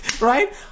Right